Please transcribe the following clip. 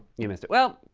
you missed it. well,